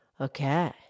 Okay